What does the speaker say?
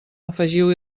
afegiu